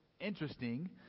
interesting